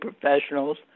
professionals